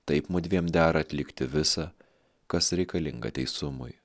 taip mudviem dera atlikti visa kas reikalinga teisumui